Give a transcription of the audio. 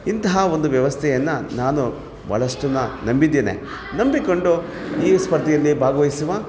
ಇಂತಹ ಒಂದು ವ್ಯವಸ್ಯೆಯನ್ನು ನಾನು ಬಹಳಷ್ಟನ್ನ ನಂಬಿದ್ದೇನೆ ನಂಬಿಕೊಂಡು ಈ ಸ್ಪರ್ಧೆಯಲ್ಲಿ ಭಾಗವಹಿಸುವ